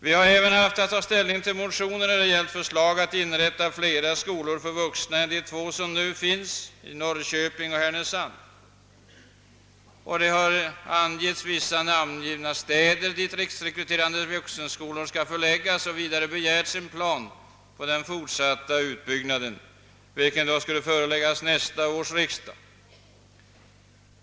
Vi har även haft att ta ställning till motioner som gällt förslag om att inrätta flera skolor för vuxna än de två som nu finns i Norrköping och Härnösand. Det har angivits vissa namngivna städer, dit riksrekryterade vuxenskolor skall förläggas. Vidare har begärts en plan på den fortsatta utbyggnaden, vilken då skall föreläggas nästa års riksdag.